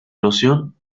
erosión